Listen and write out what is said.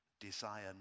desire